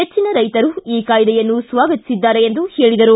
ಹೆಚ್ಚಿನ ರೈತರು ಈ ಕಾಯ್ದೆಯನ್ನು ಸ್ವಾಗತಿಸಿದ್ದಾರೆ ಎಂದು ಹೇಳಿದರು